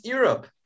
Europe